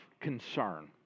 concern